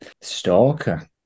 stalker